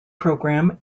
program